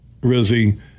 Rizzy